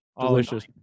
Delicious